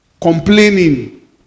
complaining